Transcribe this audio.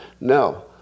No